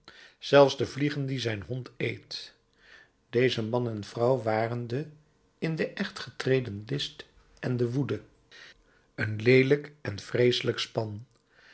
zelfs de vliegen die zijn hond eet deze man en vrouw waren de in den echt getreden list en de woede een leelijk en vreeselijk span